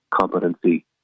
competency